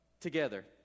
together